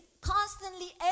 constantly